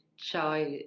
child